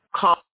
call